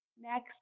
Next